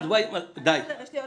די.